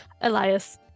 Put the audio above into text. Elias